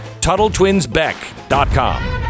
TuttleTwinsBeck.com